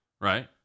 Right